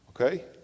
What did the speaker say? Okay